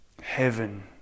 heaven